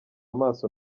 amaso